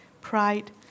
pride